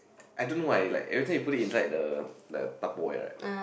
I don't know why like everyone you put it inside the the Tupperware right